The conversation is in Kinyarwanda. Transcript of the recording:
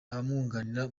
abamwunganira